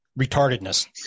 retardedness